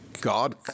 God